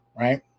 right